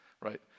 Right